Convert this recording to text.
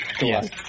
Yes